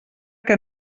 que